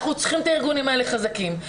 אנחנו צריכים את הארגונים האלה חזקים,